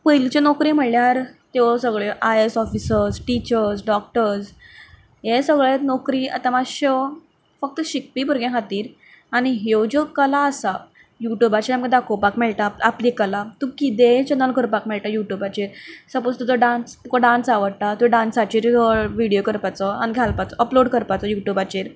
पयलीच्यो नोकरी म्हणल्यार त्यो सगळ्यो I A S officer teachers doctors ये सगळें नोकरी आता मातश्यो फक्त शिकपी भुरग्यां खातीर आनी ह्यो जो कला आसा यूट्यूबाचेर आमकां दाखोवपाक मेळटा आपली कला तूं किदेंय चेनल करपाक मेळटा यूट्यूबाचेर सपोज तुजो डान्स तुका डान्स आवडटा तुवें डान्साचे विडियो करपाचो आनी घालपाचो अपलोड करपाचो यूट्यूबाचेर